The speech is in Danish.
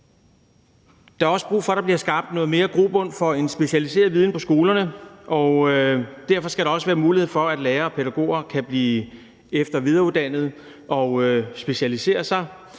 Der er også brug for, at der bliver skabt noget mere grobund for en specialiseret viden på skolerne, og derfor skal der også være mulighed for, at lærere og pædagoger kan blive efter- og videreuddannet og specialisere sig.